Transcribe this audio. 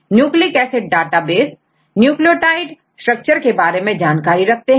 nucleic acid database nucleotide structure के बारे में जानकारी रखते हैं